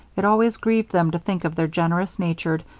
it always grieved them to think of their generous-natured,